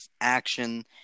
action